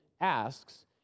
asks